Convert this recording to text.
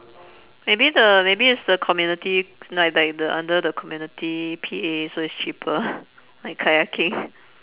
maybe the maybe it's the community s~ like like the under the community P_A so it's cheaper like kayaking